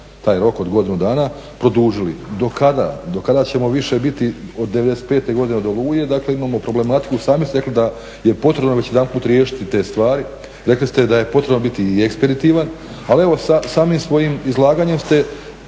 taj rok od godinu dana produžili. Do kada? Do kada ćemo više biti od '95. godine od Oluje. Dakle, imamo problematiku. Sami ste rekli da je potrebno već jedanput riješiti te stvari. Rekli ste da je potrebno biti i ekspeditivan. Ali evo samim svojim izlaganjem ste